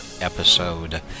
episode